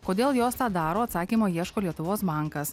kodėl jos tą daro atsakymo ieško lietuvos bankas